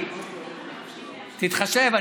תתחשב,